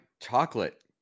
chocolate